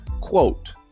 Quote